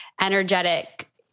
energetic